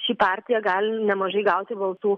ši partija gali nemažai gauti balsų